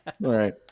right